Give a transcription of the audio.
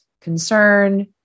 concern